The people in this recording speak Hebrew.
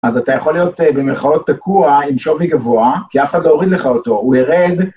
אז אתה יכול להיות במירכאות תקוע, עם שווי גבוה, כי אף אחד לא הוריד לך אותו, הוא ירד...